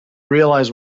realize